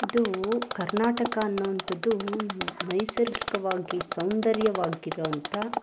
ಇದು ಕರ್ನಾಟಕ ಅನ್ನುವಂಥದ್ದು ನೈಸರ್ಗಿಕವಾಗಿ ಸೌಂದರ್ಯವಾಗಿರೋಂಥ